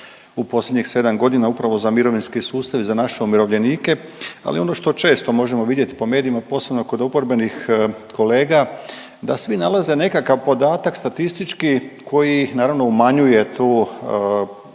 u posljednjih sedam godina upravo za mirovinski sustav i za naše umirovljenike. Ali ono što često možemo vidjet po medijima, posebno kod oporbenih kolega da svi nalaze nekakav podatak statistički koji naravno umanjuje tu visinu